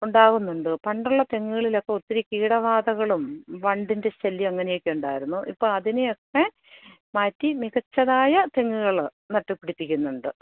ഉണ്ടാകുന്നുണ്ട് പണ്ടുള്ള തെങ്ങുകളിലൊക്കെ ഒത്തിരി കീടബാധകളും വണ്ടിൻ്റെ ശല്യം അങ്ങനെയൊക്കെ ഉണ്ടായിരുന്നു ഇപ്പോൾ അതിനെയൊക്കെ മാറ്റി മികച്ചതായ തെങ്ങുകൾ നട്ടുപിടിപ്പിക്കുന്നുണ്ട്